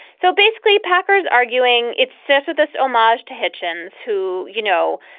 so basically, packer's arguing it set with this omarjan hitchens, who, you know,